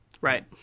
Right